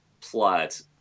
plot